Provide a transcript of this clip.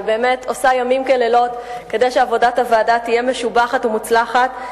שבאמת עושה לילות כימים כדי שעבודת הוועדה תהיה משובחת ומוצלחת,